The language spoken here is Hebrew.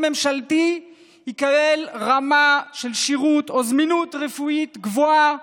ממשלתי יקבל שירות ברמה או בזמינות רפואית גבוהות